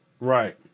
Right